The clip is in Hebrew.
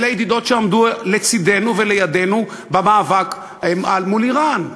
אלה הידידות שעמדו לצדנו ולידנו במאבק מול איראן,